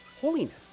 holiness